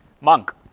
Monk